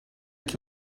que